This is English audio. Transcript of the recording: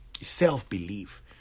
self-belief